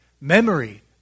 memory